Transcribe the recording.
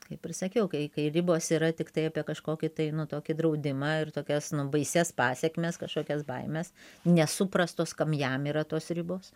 kaip ir sakiau kai kai ribos yra tiktai apie kažkokį tai nu tokį draudimą ir tokias baisias pasekmes kažkokias baimes nesuprastos kam jam yra tos ribos